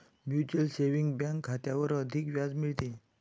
mutual saving bank खात्यावर अधिक व्याज मिळते